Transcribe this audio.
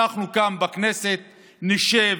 אנחנו כאן בכנסת נשב,